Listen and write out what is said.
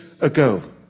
ago